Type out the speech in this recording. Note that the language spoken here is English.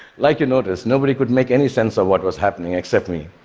like you notice, nobody could make any sense of what was happening except me,